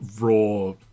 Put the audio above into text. raw